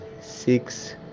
six